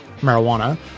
marijuana